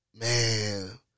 Man